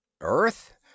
Earth